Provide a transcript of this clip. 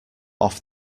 off